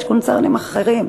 יש קונצרנים אחרים.